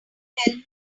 tell